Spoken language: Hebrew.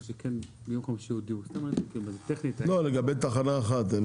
לא, לגבי תחנה אחת.